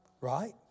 Right